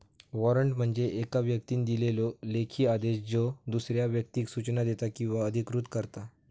warrant म्हणजे येका व्यक्तीन दिलेलो लेखी आदेश ज्यो दुसऱ्या व्यक्तीक सूचना देता किंवा अधिकृत करता